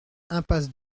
impasse